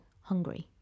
hungry